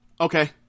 Okay